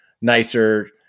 nicer